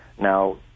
Now